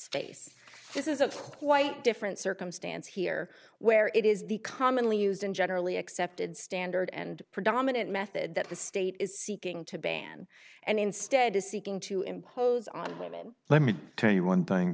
quite different circumstance here where it is the commonly used and generally accepted standard and predominant method that the state is seeking to ban and instead is seeking to impose on women let me tell you one thing